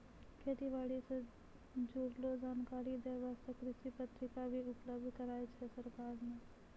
खेती बारी सॅ जुड़लो जानकारी दै वास्तॅ कृषि पत्रिका भी उपलब्ध कराय छै सरकार नॅ